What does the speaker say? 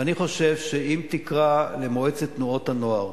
ואני חושב שאם תקרא למועצת תנועות הנוער,